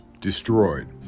destroyed